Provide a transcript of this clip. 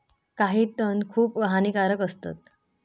काही तण खूप हानिकारक असतत